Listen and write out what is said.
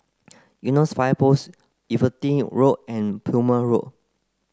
Eunos Fire Post Everitt Road and Plumer Road